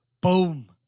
Boom